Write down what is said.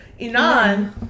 Inan